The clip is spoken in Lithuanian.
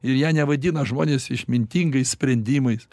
ir ją nevadina žmonės išmintingais sprendimais